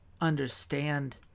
understand